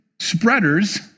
spreaders